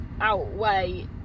Outweigh